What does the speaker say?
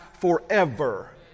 forever